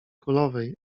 królowej